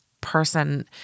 person